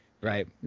right